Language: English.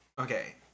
Okay